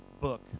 book